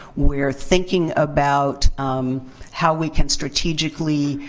we're thinking about how we can strategically